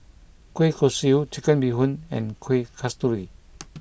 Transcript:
Kueh Kosui Chicken Bee Hoon and Kuih Kasturi